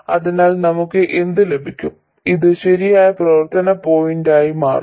അതിനാൽ നമുക്ക് എന്ത് ലഭിക്കും ഇത് ശരിയായ പ്രവർത്തന പോയിന്റായി മാറും